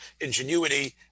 ingenuity